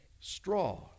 straw